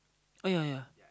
oh ya ya